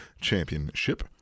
championship